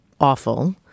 awful